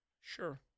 Sure